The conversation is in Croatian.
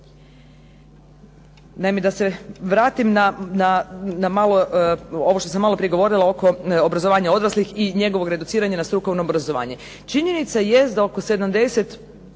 da se vratim na ono što sam maloprije govorila oko obrazovanja odraslih i njegovog reduciranja na strukovno obrazovanje. Činjenica jest da oko 70